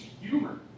humor